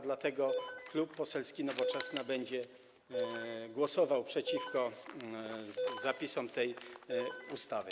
Dlatego Klub Poselski Nowoczesna będzie głosował przeciwko zapisom tej ustaw.